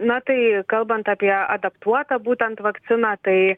na tai kalbant apie adaptuotą būtent vakciną tai